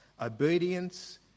obedience